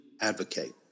advocate